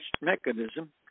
mechanism